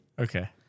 Okay